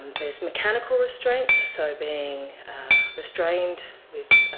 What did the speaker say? there's mechanical restraint so being restrained with